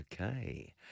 Okay